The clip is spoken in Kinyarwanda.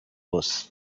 bose